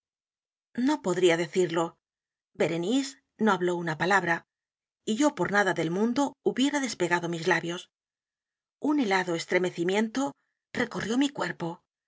no podría decirlo berenice no habló una p a l a b r a y yo por nada del mundo hubiera despegado mis labios un helado estremecimiento recorrió mi